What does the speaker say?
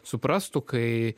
suprastų kai